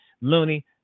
loony